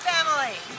Family